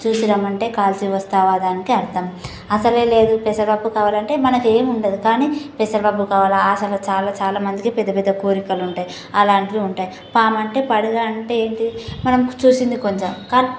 చూసి రమ్మంటే కాల్చి వస్తావా దానికి అర్థం అసలే లేదు పెసరపప్పు కావాలంటే మనది ఏమి ఉండదు కానీ పెసరపప్పు కావాలా ఆశలు చాలా చాలా మందికి పెద్దపెద్ద కోరికలు ఉంటాయి అలాంటివి ఉంటాయి పాము అంటే పడగా అంటే ఏంటి మనం చూసింది కొంచెం కానీ